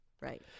Right